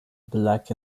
black